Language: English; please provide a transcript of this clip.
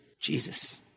Jesus